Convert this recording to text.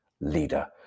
leader